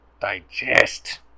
digest